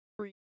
three